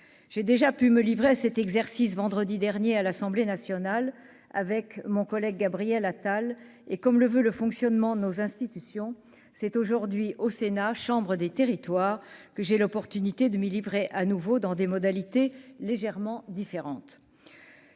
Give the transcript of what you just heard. j'ai déjà pu me livrer à cet exercice, vendredi dernier à l'Assemblée nationale, avec mon collègue Gabriel Attal et comme le veut le fonctionnement de nos institutions, c'est aujourd'hui au Sénat, chambre des territoires que j'ai l'opportunité de me livrer à nouveau dans des modalités légèrement différente,